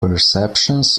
perceptions